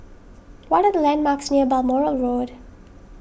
what are the landmarks near Balmoral Road